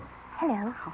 Hello